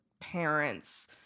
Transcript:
parents